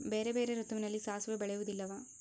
ಬೇರೆ ಬೇರೆ ಋತುವಿನಲ್ಲಿ ಸಾಸಿವೆ ಬೆಳೆಯುವುದಿಲ್ಲವಾ?